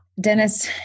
Dennis